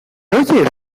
oyes